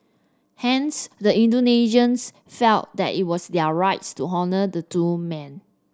hence the Indonesians felt that it was their rights to honour the two men